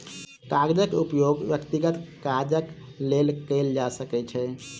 कागजक उपयोग व्यक्तिगत काजक लेल कयल जा सकै छै